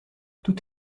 tout